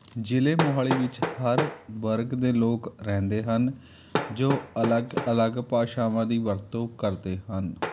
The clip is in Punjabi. ਜ਼ਿਲ੍ਹੇ ਮੋਹਾਲੀ ਵਿੱਚ ਹਰ ਵਰਗ ਦੇ ਲੋਕ ਰਹਿੰਦੇ ਹਨ ਜੋ ਅਲੱਗ ਅਲੱਗ ਭਾਸ਼ਾਵਾਂ ਦੀ ਵਰਤੋਂ ਕਰਦੇ ਹਨ